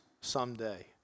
someday